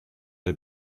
der